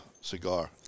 cigar